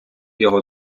його